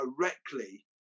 directly